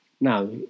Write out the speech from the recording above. now